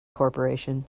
corporation